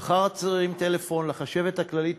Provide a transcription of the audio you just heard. מחר ארים טלפון לחשבת הכללית,